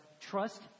trust